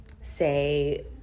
say